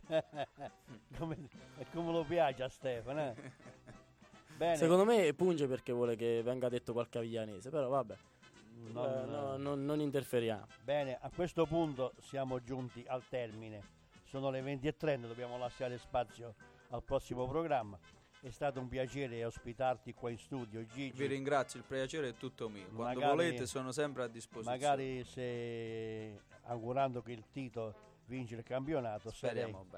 Come- è come lo piace a Stefano, eh? Bene. Secondo me punge perché vuole che venga detto qualche aviglianese, però vabbè. No, Eh, no, no. non- non interferiamo. Bene, a questo punto siamo giunti al termine. Sono le 20.30, dobbiamo lasciare spazio al prossimo programma. È stato un piacere ospitarti qua in studio, Gigi. Vi ringrazio, il piacere è tutto mio. Magari- Quando volete sono sempre a disposizione. magari se, augurando che il Tito vince il campionato, se sarai- Speriamo bene.